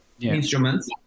instruments